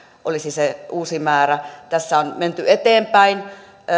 olisi se uusi määrä tässä on menty eteenpäin